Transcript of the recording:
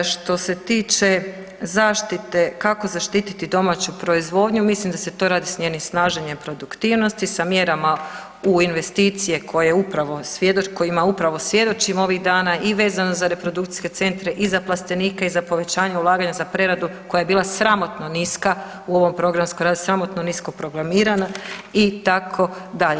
Što se tiče zaštite, kako zaštititi domaću proizvodnju, mislim da se to radi s njenim snaženje produktivnosti, sa mjerama u investicije koje upravo, kojima upravo svjedočimo ovih dana i vezano za reprodukcijske centre i za plastenike i za povećanje ulaganja za preradu koja je bila sramotno niska u ovom programskom razdoblju, sramotno nisko ... itd.